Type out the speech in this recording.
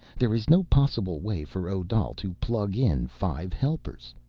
there is no possible way for odal to plug in five helpers.